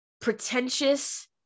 pretentious